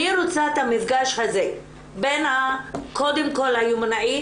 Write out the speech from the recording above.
אני רוצה את המפגש הזה בין קודם כל היומנאי,